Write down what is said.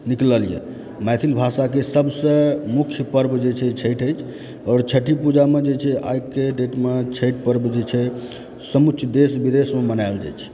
निकलल यऽ मैथिल भाषाके सबसँ मुख्य पर्व जे छै छैठ अछि आओर छठि पूजामे जे छै आइ डेटमे छैठ पर्व जे छै समुचा देश विदेशमे मनायल जाइ छै